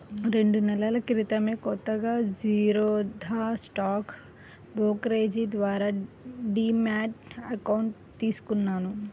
రెండు నెలల క్రితమే కొత్తగా జిరోదా స్టాక్ బ్రోకరేజీ ద్వారా డీమ్యాట్ అకౌంట్ తీసుకున్నాను